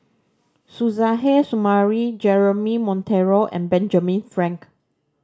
Suzairhe Sumari Jeremy Monteiro and Benjamin Frank